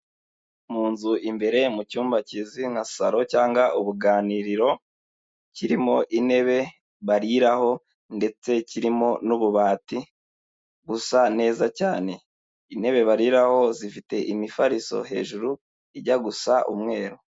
Mu nzu imbere mu cyumba kizwi nka salo cyangwa ubuganiriro, kirimo intebe bariraho ndetse kirimo n'ububati busa neza cyane, intebe bariraho zifite imifariso hejuru ijya gusa umweru.